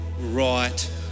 right